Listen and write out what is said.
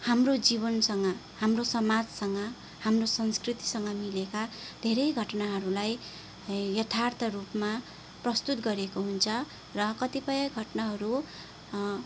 हाम्रो जीवनसँग हाम्रो समाजसँग हाम्रो संस्कृतिसँग मिलेका धेरै घटनाहरूलाई है यथार्थ रूपमा प्रस्तुत गरेको हुन्छ र कतिपय घटनाहरू